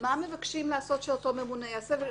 מה מבקשים מאותו ממונה לעשות?